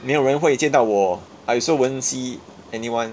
没有人会见到我 I also won't see anyone